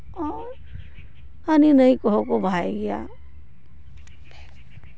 ᱦᱟᱹᱱᱤ ᱱᱟᱹᱭ ᱠᱚᱦᱚᱸ ᱠᱚ ᱵᱟᱦᱟᱭ ᱜᱮᱭᱟ